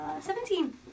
seventeen